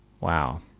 Wow